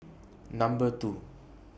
Number two